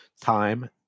time